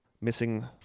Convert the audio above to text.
missing